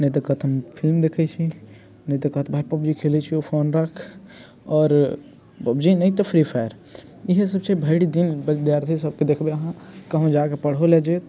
नहि तऽ कहत कि हम फिल्म देखैत छी नहि तऽ कहत भाइ पबजी खेलैत छियौ फोन रख आओर पबजी नहि तऽ फ्री फायर इहे सभ छै भरि दिन विद्यार्थी सभके देखबै अहाँ कहुँ जाकऽ पढ़ो लऽ जाइत